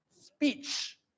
speech